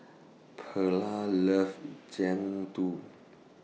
Pearla loves Jian